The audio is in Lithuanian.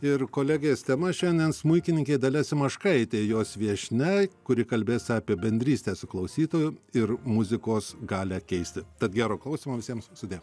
ir kolegės tema šiandien smuikininkė dalia simaškaitė jos viešnia kuri kalbės apie bendrystę su klausytoju ir muzikos galią keisti tad gero klausymo visiems sudie